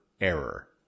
Error